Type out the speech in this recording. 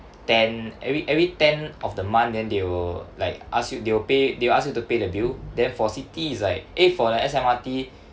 ten every every ten of the month then they will like ask you they will pay they will ask you to pay the bill then for Citi is like eh for the S_M_R_T